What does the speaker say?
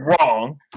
wrong